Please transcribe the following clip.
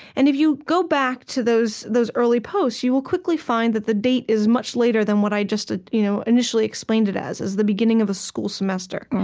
and if you go back to those those early posts, you will quickly find that the date is much later than what i just ah you know initially explained it as, as the beginning of the school semester.